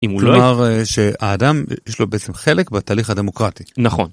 כלומר שהאדם, יש לו בעצם חלק בתהליך הדמוקרטי. נכון.